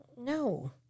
no